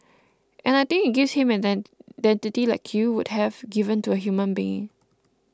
and I think it gives him an dent like you would have given to a human being